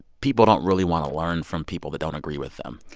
people don't really want to learn from people that don't agree with them.